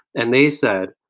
and they said,